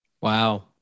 Wow